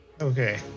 Okay